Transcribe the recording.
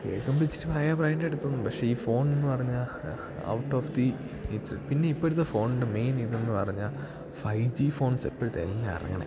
കേൾക്കുമ്പം ഇച്ചിരി പഴയ ബ്രാൻഡ് ആയിട്ട് തോന്നും പക്ഷേ ഈ ഫോണെന്നു പറഞ്ഞാൽ ഔട്ട് ഓഫ് ദ ഇട്സ് പിന്നെ ഇപ്പോഴത്തെ ഫോണിൻ്റെ മെയിൻ ഇതെന്നു പറഞ്ഞാൽ ഫൈവ് ജി ഫോൺസ് ഇപ്പോഴത്തെ എല്ലാം ഇറങ്ങുന്നത്